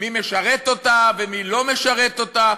מי משרת אותה ומי לא משרת אותה,